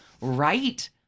right